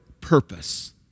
purpose